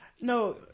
no